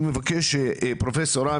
אני מבקש שפרופ' רם,